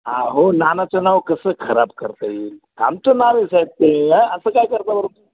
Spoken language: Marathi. हा हो नानाचं नाव कसं खराब करता येईल आमचं नाव आहे साहेब ते हां असं काय करता बरं